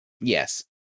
Yes